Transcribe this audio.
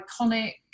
iconic